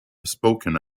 spoken